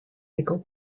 legal